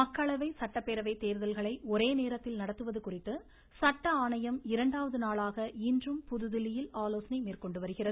மக்களவை சட்டப்பேரவை தேர்தல்களை ஒரே நேரத்தில் நடத்துவது குறித்து சட்ட ஆணையம் இரண்டாவது நாளாக இன்றும் புதுதில்லியில் ஆலோசனை மேற்கொண்டு வருகிறது